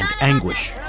anguish